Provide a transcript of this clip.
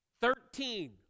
Thirteen